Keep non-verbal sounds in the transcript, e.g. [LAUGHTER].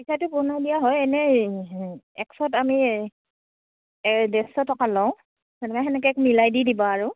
পিঠাটো [UNINTELLIGIBLE] দিয়া হয় এনেই একছত আমি ডেৰশ টকা লওঁ সেনেকে সেনেকে মিলাই দি দিবা আৰু